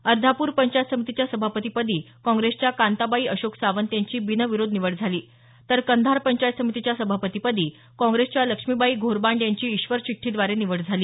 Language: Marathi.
अर्धापूर पंचायत समितीच्या सभापतीपदी काँग्रेसच्या कांताबाई अशोक सावंत यांची बिनविरोध निवड झाली तर कंधार पंचायत समितीच्या सभापती पदी काँग्रेसच्या लक्ष्मीबाई घोरबांड यांची ईश्वरचिठ्ठीद्वारे निवड झाली